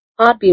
Podbean